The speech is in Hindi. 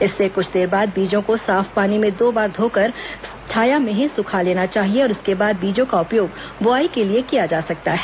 इसके कुछ देर बाद बीजों को साफ पानी में दो बार धोकर छाया में ही सूखा लेना चाहिए और इसके बाद बीजों का उपयोग बोआई के लिए किया जा सकता है